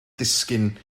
ddisgyn